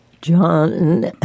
John